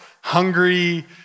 hungry